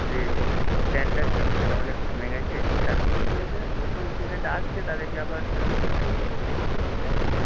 যে স্ট্যন্ডার্ড ছিলো সেটা অনেক কমে গেছে তার ফলে কী হয়েছে যে নতুন স্টুডেন্ট আসছে তাদেরকে আবার সেরমভাবে তৈরি করতে একটু সময় লাগছে